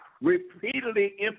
repeatedly